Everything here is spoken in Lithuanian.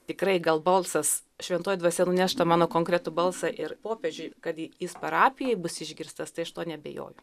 tikrai gal balsas šventoji dvasia nuneš tą mano konkretų balsą ir popiežiui kad jis parapijoj bus išgirstas tai aš tuo neabejoju